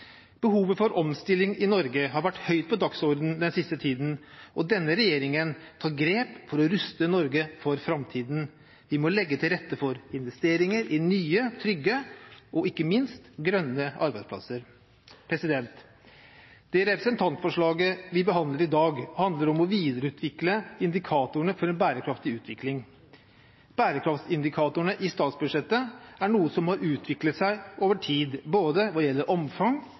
Behovet for omstilling i Norge har vært høyt på dagsordenen den siste tiden, og denne regjeringen tar grep for å ruste Norge for framtiden. Vi må legge til rette for investeringer i nye, trygge og ikke minst grønne arbeidsplasser. Det representantforslaget vi behandler i dag, handler om å videreutvikle indikatorene for en bærekraftig utvikling. Bærekraftsindikatorene i statsbudsjettet er noe som må utvikle seg over tid, hva gjelder både omfang